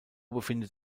befindet